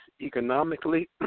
economically